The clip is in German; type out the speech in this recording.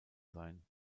sein